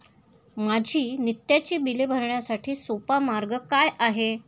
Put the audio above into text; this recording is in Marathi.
माझी नित्याची बिले भरण्यासाठी सोपा मार्ग काय आहे?